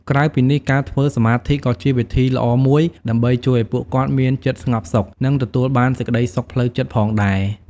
ក្រៅពីនេះ ការធ្វើសមាធិក៏ជាវិធីល្អមួយដើម្បីជួយឲ្យពួកគាត់មានចិត្តស្ងប់សុខ និងទទួលបានសេចក្ដីសុខផ្លូវចិត្តផងដែរ។